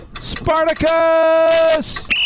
Spartacus